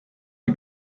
die